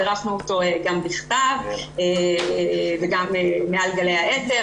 בירכנו אותו גם בכתב וגם מעל גלי האתר,